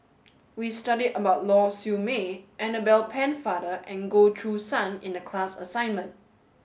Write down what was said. we studied about Lau Siew Mei Annabel Pennefather and Goh Choo San in the class assignment